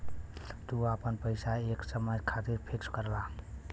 तू आपन पइसा एक समय खातिर फिक्स करला